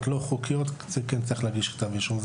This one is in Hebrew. לא חוקיות צריך להגיש נגדו כתב אישום.